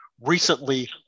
recently